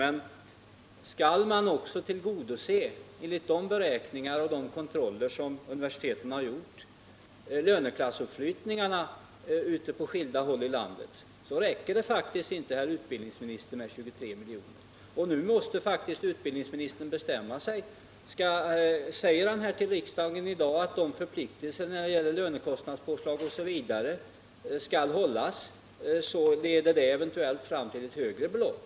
Men skall man också tillgodose — enligt de beräkningar och kontroller som universiteten har gjort — löneklassuppflyttningarna på skilda håll i landet räcker det inte, herr utbildningsminister, med 23 miljoner. Och nu måste utbildningsministern bestämma sig. Säger utbildningsministern till riksdagen i dag att förpliktelserna när det gäller lönekostnadspåslag osv. skall hållas, så leder det eventuellt fram till ett högre belopp.